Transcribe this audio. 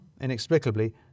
inexplicably